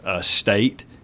state